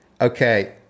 Okay